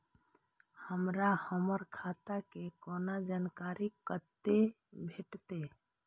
हमरा हमर खाता के कोनो जानकारी कतै भेटतै?